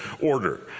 order